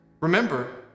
Remember